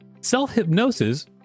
Self-hypnosis